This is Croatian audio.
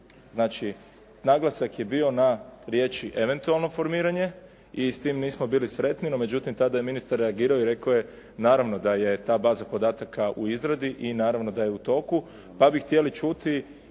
Znači, naglasak je bio na riječi "eventualno formiranje" i s tim nismo bili sretni, no međutim tada je ministar reagirao i rekao je naravno da je ta baza podataka u izradi i naravno da je u toku, pa bi htjeli čuti,